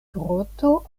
groto